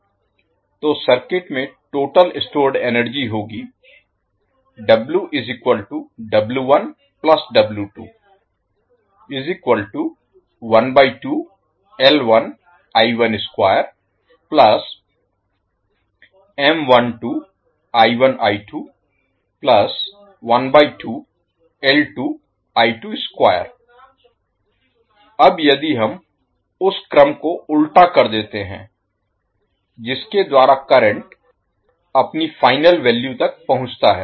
तो सर्किट में total stored energy होगी अब यदि हम उस क्रम को उल्टा कर देते हैं जिसके द्वारा करंट अपनी फाइनल वैल्यू तक पहुँचता है